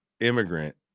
immigrant